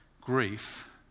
grief